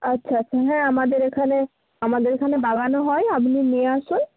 আচ্ছা আচ্ছা হ্যাঁ আমাদের এখানে আমাদের এখানে লাগানো হয় আপনি নিয়ে আসুন